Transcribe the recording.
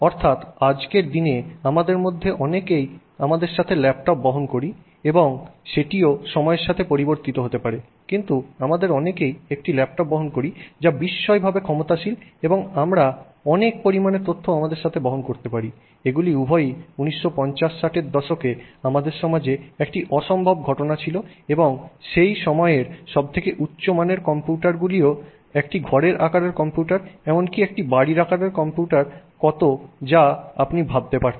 অর্থাৎ আজকের দিনে আমাদের অনেকেই আমাদের সাথে একটি ল্যাপটপ বহন করি এবং সেটিও সময়ের সাথে পরিবর্তিত হতে পারে কিন্তু আমাদের অনেকেই একটি ল্যাপটপ বহন করি যা বিস্ময়করভাবে ক্ষমতাশীল এবং আমরা অনেক পরিমাণে তথ্য আমাদের সাথে বহন করতে পারি এগুলি উভয়ই 1950 1960 এর দশকে আমাদের সমাজে একটি অসম্ভব ঘটনা ছিল এবং সেই সময়ের সবথেকে উচ্চ মানের কম্পিউটার গুলি ও একটি ঘরের আকারের কম্পিউটার এমনকি একটি বাড়ির আকারের কম্পিউটার কত যা আপনি ভাবতে পারতেন